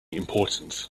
important